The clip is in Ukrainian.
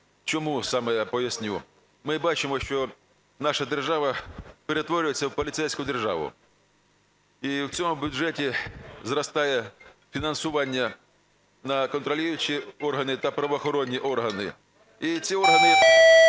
Чому саме, я поясню. Ми бачимо, що наша держава перетворюється в поліцейську державу. І в цьому бюджеті зростає фінансування на контролюючі органі та правоохоронні органи. І ці органи,